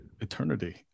eternity